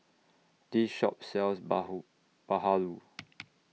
This Shop sells Bahulu